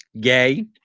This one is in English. Gay